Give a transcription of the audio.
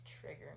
trigger